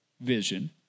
vision